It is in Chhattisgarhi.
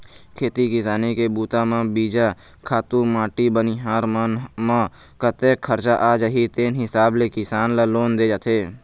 खेती किसानी के बूता म बीजा, खातू माटी बनिहार मन म कतेक खरचा आ जाही तेन हिसाब ले किसान ल लोन दे जाथे